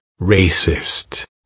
racist